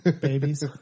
babies